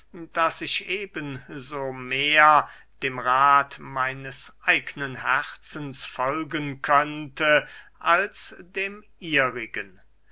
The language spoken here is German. daß ich eben so mehr dem rath meines eignen herzens folgen könnte als dem